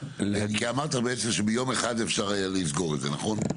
אמרת שביום אחד אפשר היה לסגור את זה, נכון?